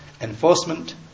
enforcement